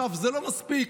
זה לא מספיק?